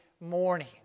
morning